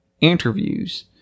interviews